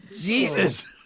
Jesus